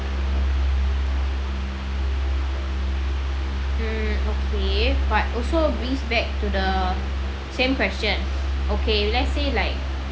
mm okay but also brings back to the same question okay let's say like